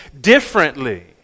differently